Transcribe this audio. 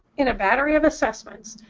in a battery of assessments,